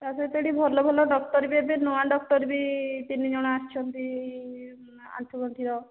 ତା ସହିତ ଏଠି ଭଲ ଭଲ ଡକ୍ଟର ବି ଏବେ ନୂଆ ଡକ୍ଟର ବି ତିନି ଜଣ ଆସିଛନ୍ତି ଆଣ୍ଠୁ ଗଣ୍ଠିର